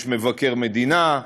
יש מבקר מדינה,